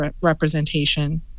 representation